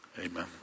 Amen